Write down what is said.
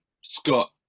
Scott